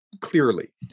clearly